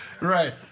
Right